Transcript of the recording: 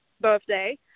birthday